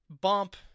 bump